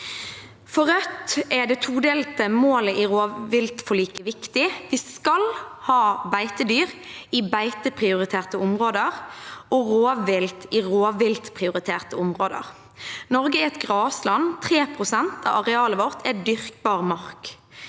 For Rødt er det todelte målet i rovviltforliket viktig. Vi skal ha beitedyr i beiteprioriterte områder og rovvilt i rovviltprioriterte områder. Norge er et gressland. Tre prosent av arealet vårt er dyrkbar mark.